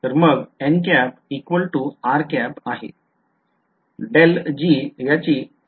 तर मग आहे